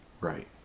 Right